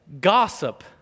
gossip